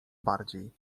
bardziej